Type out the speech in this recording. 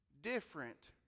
different